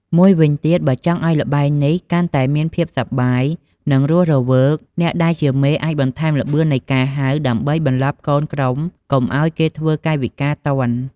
មួយវិញទៀត បើចង់ឱ្យល្បែងនេះកាន់តែមានភាពសប្បាយ និងរស់រវើក អ្នកដែលជាមេអាចបន្ថែមល្បឿននៃការហៅ ដើម្បីបន្លប់កូនក្រុមកុំឱ្យគេធ្វើកាយវិការទាន់។